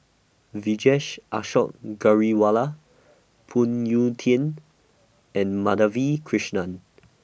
Vijesh Ashok Ghariwala Phoon Yew Tien and Madhavi Krishnan